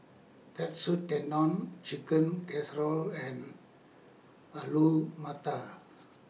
Katsu Tendon Chicken Casserole and Alu Matar